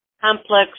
complex